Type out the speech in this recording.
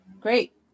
Great